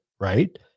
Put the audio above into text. right